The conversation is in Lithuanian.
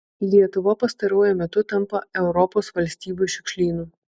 lietuva pastaruoju metu tampa europos valstybių šiukšlynu